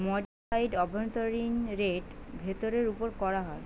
modified অভ্যন্তরীন rate ফেরতের ওপর করা হয়